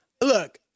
look –